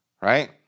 right